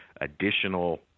additional